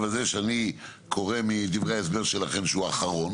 הזה שאני קורא מדברי ההסבר שלכם אחרון